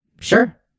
Sure